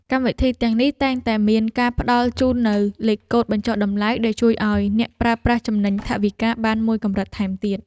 កម្មវិធីទាំងនេះតែងតែមានការផ្ដល់ជូននូវលេខកូដបញ្ចុះតម្លៃដែលជួយឱ្យអ្នកប្រើប្រាស់ចំណេញថវិកាបានមួយកម្រិតថែមទៀត។